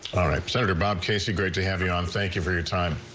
all right senator bob casey great to have you on thank you for your time.